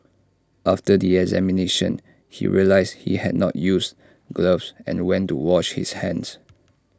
after the examination he realised he had not used gloves and went to wash his hands